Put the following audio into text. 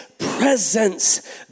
presence